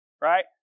Right